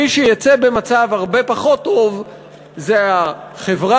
ומי שיצא במצב הרבה פחות טוב זה החברה,